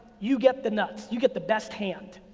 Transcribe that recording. you get the nuts, you get the best hand.